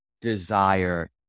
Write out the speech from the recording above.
desire